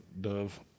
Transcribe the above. dove